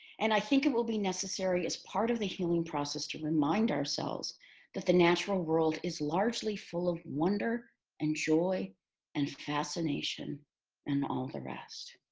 and i think it will be necessary as part of the healing process to remind ourselves that the natural world is largely full of wonder and joy and fascination and all the rest.